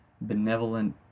benevolent